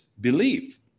belief